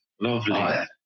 Lovely